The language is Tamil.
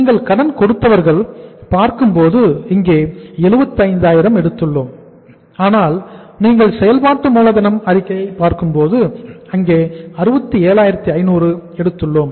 நீங்கள் கடன் கொடுத்தவர்களை பார்க்கும்போது இங்கே 75000 எடுத்துள்ளோம் ஆனால் நீங்கள் செயல்பாட்டு மூலதனம் அறிக்கையைப் பார்க்கும்போது அங்கே 67500 எடுத்துள்ளோம்